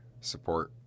support